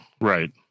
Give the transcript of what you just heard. Right